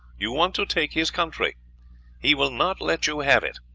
you want to take his country he will not let you have it,